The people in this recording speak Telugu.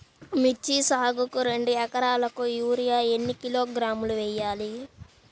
మిర్చి సాగుకు రెండు ఏకరాలకు యూరియా ఏన్ని కిలోగ్రాములు వేయాలి?